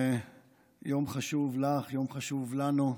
יום חשוב לך, יום חשוב לנו.